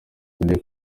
today